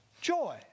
joy